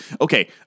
Okay